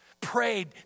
Prayed